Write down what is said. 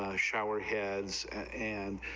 ah shower heads, and,